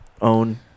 own